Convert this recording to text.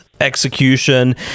execution